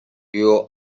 you